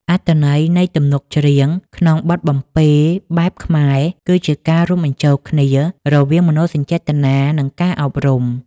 អត្ថន័យនៃទំនុកច្រៀងក្នុងបទបំពេបែបខ្មែរ គឺជាការរួមបញ្ចូលគ្នារវាងមនោសញ្ចេតនា និងការអប់រំ។